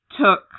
Took